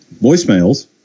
voicemails